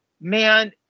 Man